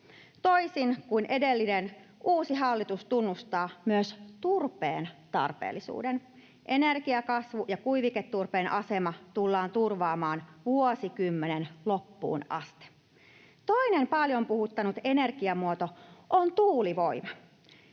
Toisin kuin edellinen hallitus, uusi hallitus tunnustaa myös turpeen tarpeellisuuden. Energia‑, kasvu- ja kuiviketurpeen asema tullaan turvaamaan vuosikymmenen loppuun asti. Toinen paljon puhuttanut energiamuoto on tuulivoima.